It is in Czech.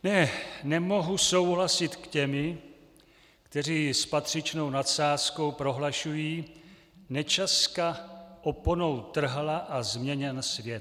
Ne, nemohu souhlasit s těmi, kteří s patřičnou nadsázkou prohlašují: Nečaska oponou trhla a změněn svět.